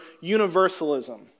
universalism